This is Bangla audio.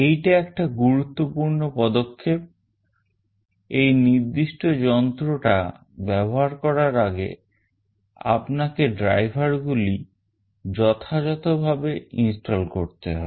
এইটা একটা গুরুত্বপূর্ণ পদক্ষেপ এই নির্দিষ্ট যন্ত্রটা ব্যবহার করার আগে আপনাকে driver গুলি যথাযথভাবে install করতে হবে